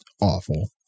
awful